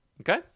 Okay